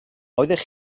oeddech